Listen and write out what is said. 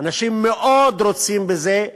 אנשים מאוד רוצים בזה,